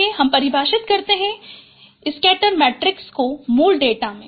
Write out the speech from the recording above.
आइए हम परिभाषित करते है स्कैटर मैट्रिक्स को मूल डेटा में